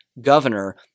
governor